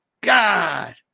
God